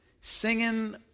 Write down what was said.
singing